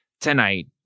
tonight